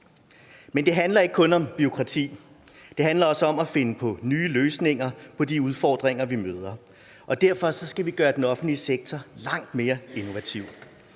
Men det handler ikke kun om bureaukrati, det handler også om at finde på nye løsninger på de udfordringer, vi møder. Derfor skal vi gøre den offentlige sektor langt mere innovativ.